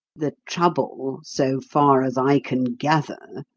the trouble, so far as i can gather,